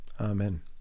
Amen